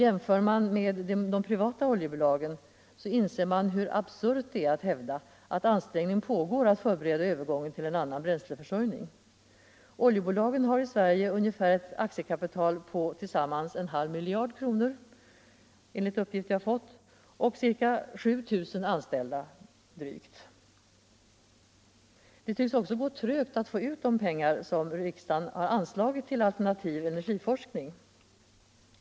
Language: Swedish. Jämför man med de privata oljebolagen inser man hur absurt det är att hävda att ansträngningar görs för att förbereda övergången till en annan bränsleförsörjning. Oljebolagen i Sverige har tillsammans enligt de uppgifter jag har fått ett aktiekapital på ca 1/2 miljard och drygt 7 000 anställda. Det tycks också gå trögt att få ut de pengar riksdagen har anslagit till alternativ energiforskning.